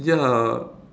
ya